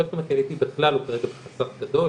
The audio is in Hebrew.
הספקטרום הקהילתי בכלל הוא כרגע בחסך גדול,